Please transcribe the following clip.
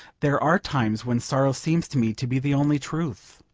there are times when sorrow seems to me to be the only truth.